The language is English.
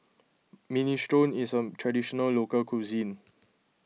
Minestrone is a Traditional Local Cuisine